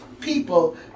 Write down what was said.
people